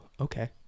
okay